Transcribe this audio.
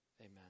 Amen